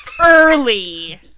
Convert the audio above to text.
Early